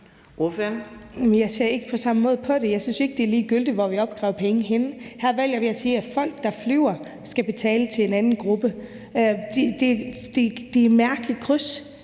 Jeg ser ikke på samme måde på det. Jeg synes ikke, det er ligegyldigt, hvor vi opkræver penge henne. Her vælger vi at sige, at folk, der flyver, skal betale til en anden gruppe. Det er et mærkeligt kryds